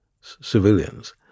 civilians